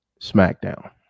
SmackDown